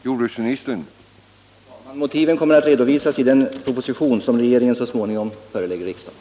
Herr talman! Motiven kommer att redovisas i den proposition som regeringen så småningom ämnar förelägga riksdagen.